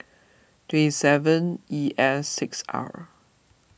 two seven E S six R